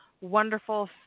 wonderful